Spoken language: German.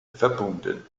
verbunden